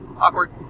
awkward